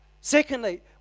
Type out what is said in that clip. Secondly